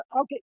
Okay